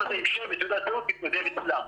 הזה --- בתעודת זהות מתנדב אצלם.